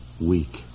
weak